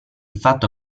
fatto